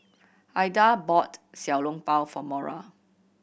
Aida bought Xiao Long Bao for Mora